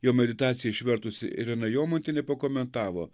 jo meditaciją išvertusi irena jomantienė pakomentavo